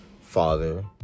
father